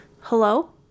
hello